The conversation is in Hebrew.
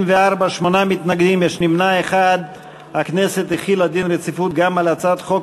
רצונה להחיל דין רציפות על הצעת חוק